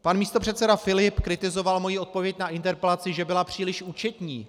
Pan místopředseda Filip kritizoval moji odpověď na interpelaci, že byla příliš účetní.